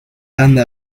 anda